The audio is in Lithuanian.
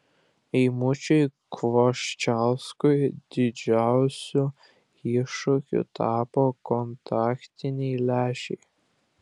eimučiui kvoščiauskui didžiausiu iššūkiu tapo kontaktiniai lęšiai